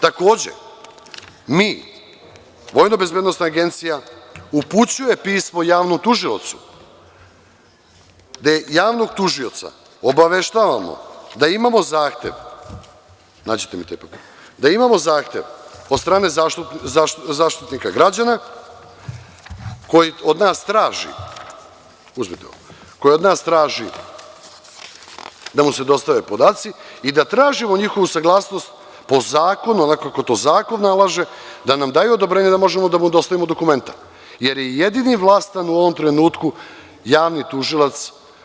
Takođe, mi, Vojnobezbednosna agencija upućuje pismo javnom tužiocu, gde javnog tužioca obaveštavamo da imamo zahtev od strane Zaštitnika građana, koji od nas traži da mu se dostave podaci, i da tražimo njihovu saglasnost po zakonu, onako kako to zakon nalaže, da nam daju odobrenja da možemo da mu dostavimo dokumenta, jer je jedini vlastan u ovom trenutku javni tužilac.